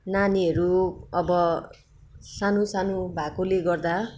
नानीहरू अब सानो सानो भएकोले गर्दा